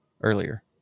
earlier